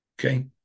Okay